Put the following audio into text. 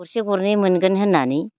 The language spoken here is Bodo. गरसे गरनै मोनगोन होन्नानै